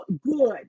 good